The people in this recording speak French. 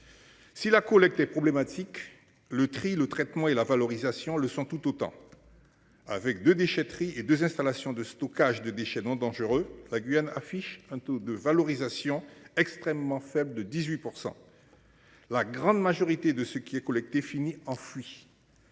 Si la collecte est problématique le cri le traitement et la valorisation le sont tout autant. Avec 2 déchetterie et 2 installations de stockage de déchets non dangereux. La Guyane affiche un taux de valorisation extrêmement faible de 18%. La grande majorité de ce qui est collecté fini enfoui.